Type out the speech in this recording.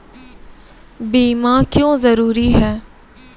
बीमा क्यों जरूरी हैं?